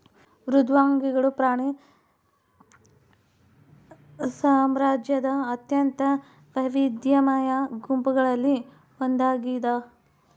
ಮೃದ್ವಂಗಿಗಳು ಪ್ರಾಣಿ ಸಾಮ್ರಾಜ್ಯದ ಅತ್ಯಂತ ವೈವಿಧ್ಯಮಯ ಗುಂಪುಗಳಲ್ಲಿ ಒಂದಾಗಿದ